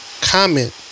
comment